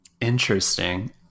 Interesting